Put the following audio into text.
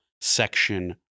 section